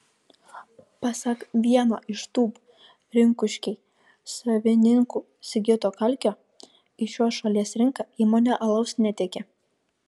pasak vieno iš tūb rinkuškiai savininkų sigito kalkio į šios šalies rinką įmonė alaus netiekia